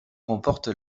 remporte